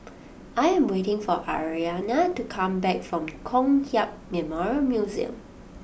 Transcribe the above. I am waiting for Aryana to come back from Kong Hiap Memorial Museum